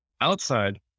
outside